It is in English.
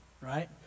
right